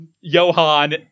Johan